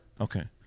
Okay